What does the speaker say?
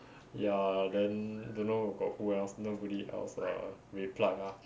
ya then don't know got who else nobody else uh replied lah